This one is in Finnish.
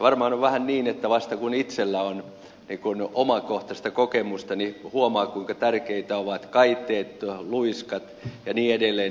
varmaan on vähän niin että vasta kun itsellä on omakohtaista kokemusta niin huomaa kuinka tärkeitä ovat kaiteet luiskat ja niin edelleen